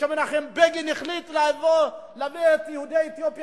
כאשר מנחם בגין החליט להביא את יהודי אתיופיה,